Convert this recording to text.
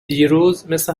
دیروز، مثل